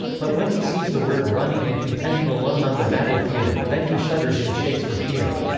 but when he sees the word running and contending alone on the battle-field, then he shudders and shakes for fear.